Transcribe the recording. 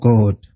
God